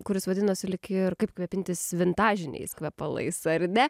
kuris vadinosi lyg ir kaip kvepintis vintažiniais kvepalais ar ne